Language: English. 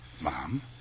Mom